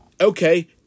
okay